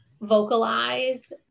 vocalize